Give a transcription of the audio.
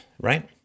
Right